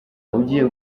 ugiye